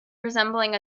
resembling